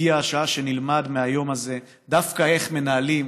הגיעה השעה שנלמד מהיום הזה דווקא איך מנהלים